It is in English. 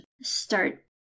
start